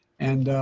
and,